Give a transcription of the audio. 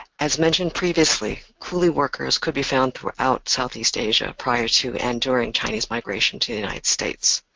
as mentioned previously, coolie workers could be found throughout southeast asia prior to and during chinese migration to the united states.